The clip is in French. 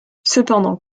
cependant